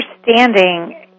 Understanding